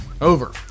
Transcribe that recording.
over